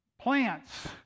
plants